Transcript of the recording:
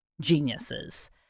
geniuses